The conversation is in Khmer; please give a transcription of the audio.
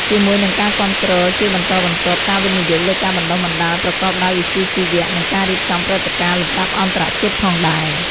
ជាមួយនឹងការគាំទ្រជាបន្តបន្ទាប់ ការវិនិយោគលើការបណ្ដុះបណ្ដាលប្រកបដោយវិជ្ជាជីវៈ និងការរៀបចំព្រឹត្តិការណ៍លំដាប់អន្តរជាតិផងដែរ។